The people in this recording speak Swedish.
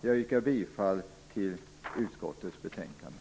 Jag yrkar bifall till hemställan i utskottets betänkande.